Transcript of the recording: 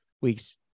weeks